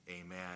Amen